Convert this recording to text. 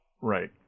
right